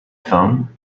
phone